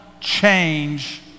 change